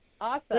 Awesome